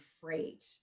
freight